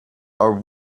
our